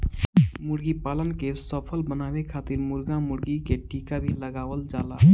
मुर्गीपालन के सफल बनावे खातिर मुर्गा मुर्गी के टीका भी लगावल जाला